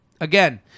Again